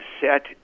set